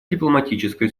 дипломатической